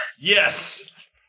Yes